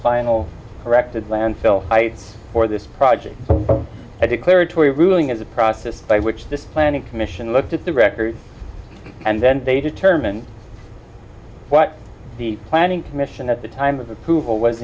final corrected landfill sites for this project declaratory ruling is a process by which the planning commission looked at the records and then they determine what the planning commission at the time of approval was